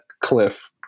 Cliff